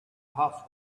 half